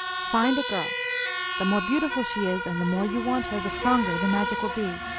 find a girl the more beautiful she is and the more you want her, the stronger the magic will be.